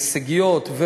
הישגיות,